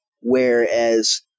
whereas